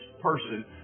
person